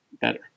better